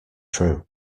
true